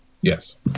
Yes